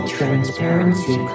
Transparency